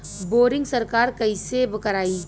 Boring सरकार कईसे करायी?